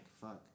fuck